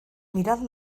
mirad